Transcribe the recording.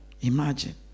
Imagine